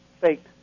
fake